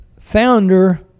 founder